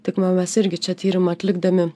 tik va mes irgi čia tyrimą atlikdami